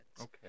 Okay